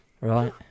Right